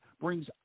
brings